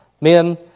Men